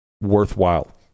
worthwhile